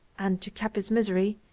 and, to cap his misery,